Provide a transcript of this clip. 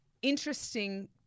Interesting